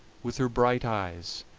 with her bright eyes,